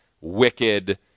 wicked